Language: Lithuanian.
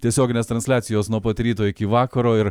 tiesioginės transliacijos nuo pat ryto iki vakaro ir